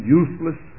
useless